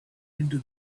into